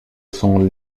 son